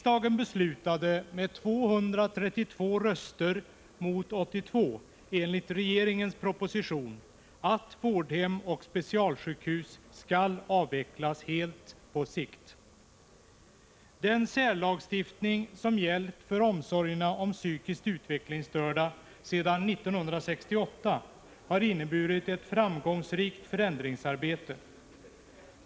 Den särlagstiftning som sedan 1968 har gällt för omsorgerna om psykiskt utvecklingsstörda har inneburit ett framgångsrikt förändringsarbete.